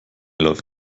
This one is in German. läuft